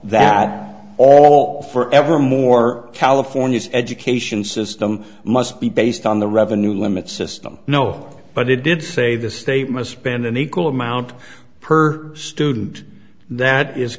not all forevermore california's education system must be based on the revenue limits system no but it did say the state must spend an equal amount per student that is